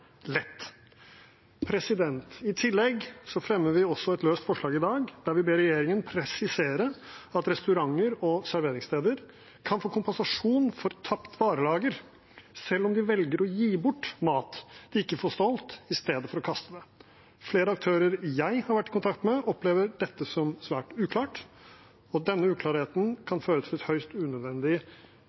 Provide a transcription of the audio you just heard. I tillegg fremmer vi også et løst forslag i dag der vi ber regjeringen presisere at restauranter og serveringssteder kan få kompensasjon for tapt varelager, selv om de velger å gi bort mat de ikke får solgt, i stedet for å kaste den. Flere aktører jeg har vært i kontakt med, opplever dette som svært uklart, og denne uklarheten kan føre til et høyst unødvendig